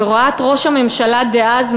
בהוראת ראש הממשלה דאז,